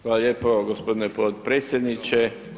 Hvala lijepo g. potpredsjedniče.